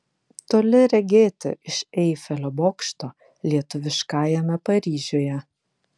toli regėti iš eifelio bokšto lietuviškajame paryžiuje